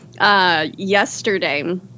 Yesterday